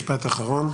משפט אחרון.